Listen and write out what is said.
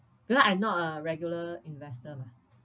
because I not a regular investor mah